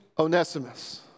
Onesimus